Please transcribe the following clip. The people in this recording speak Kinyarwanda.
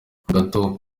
gato